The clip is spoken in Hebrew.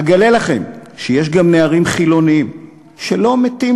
אגלה לכם שיש גם נערים חילונים שלא מתים